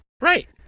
Right